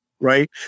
right